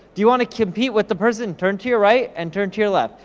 do you wanna compete with the person, turn to your right and turn to your left,